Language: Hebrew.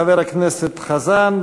חבר הכנסת חזן,